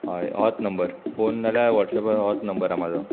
हय होच number phone नाल्या वॉट्सॅप होत नंबर आहा म्हाजो